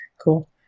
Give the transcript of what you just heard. cool